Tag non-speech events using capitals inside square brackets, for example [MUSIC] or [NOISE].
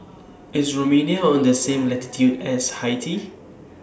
[NOISE] IS Romania on The same latitude as Haiti